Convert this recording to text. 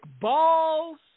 balls